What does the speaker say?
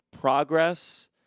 progress